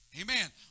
Amen